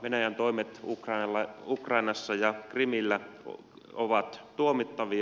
venäjän toimet ukrainassa ja krimillä ovat tuomittavia